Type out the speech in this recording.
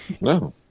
No